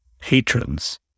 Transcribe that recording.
patrons